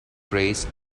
trace